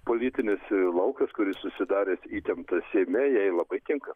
politinis laukas kuris susidaręs įtemptas seime jai labai tinka